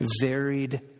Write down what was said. varied